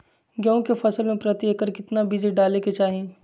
गेहूं के फसल में प्रति एकड़ कितना बीज डाले के चाहि?